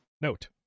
Note